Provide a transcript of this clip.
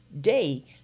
Day